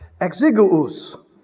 Exiguus